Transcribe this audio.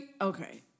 okay